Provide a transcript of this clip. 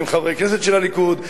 עם חברי כנסת של הליכוד,